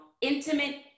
intimate